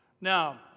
Now